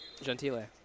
Gentile